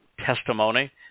testimony